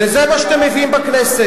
וזה מה שאתם מביאים בכנסת.